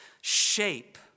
shape